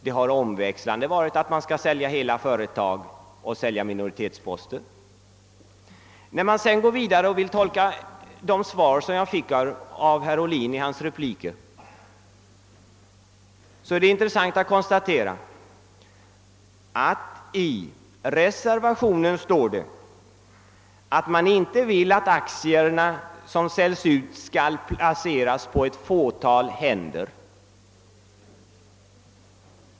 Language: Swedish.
Det har omväxlande gällt försäljning av hela företag och försäljning av minoritetsposters När jag skall försöka tolka de svar jag fick av herr Ohlin i hans repliker, är det intressant att konstatera, att det i reservationen står att man inte vill att de aktier som försäljs skall placeras på ett fåtal händer.